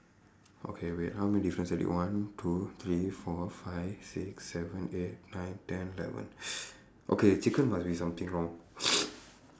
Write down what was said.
okay wait how many difference already one two three four five six seven eight nine ten eleven okay chicken must be something wrong